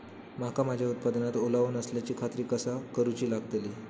मका माझ्या उत्पादनात ओलावो नसल्याची खात्री कसा करुची लागतली?